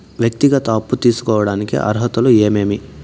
వ్యక్తిగత అప్పు తీసుకోడానికి అర్హతలు ఏమేమి